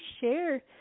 share